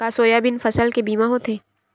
का सोयाबीन फसल के बीमा होथे?